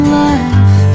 life